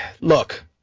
Look